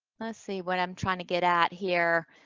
let's see what i'm trying to get at here.